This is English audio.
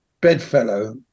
bedfellow